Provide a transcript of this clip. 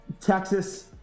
texas